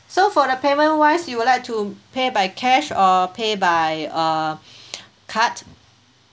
so for the payment wise you would like to pay by cash or pay by uh card